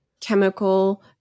chemical